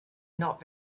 not